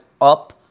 up